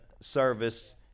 service